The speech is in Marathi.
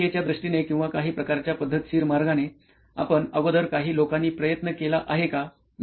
तर प्रक्रियेच्या दृष्टीने किंवा काही प्रकारच्या पद्धतशीर मार्गाने आपण अगोदर काही लोकांनी प्रयत्न केला आहे का